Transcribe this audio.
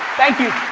thank you.